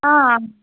ஆ